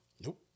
Nope